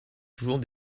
toujours